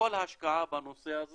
כל השקעה בנושא הזה